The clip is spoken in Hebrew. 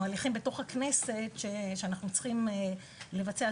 ההליכים בתוך הכנסת שאנחנו צריכים לבצע,